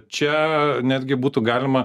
čia netgi būtų galima